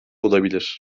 olabilir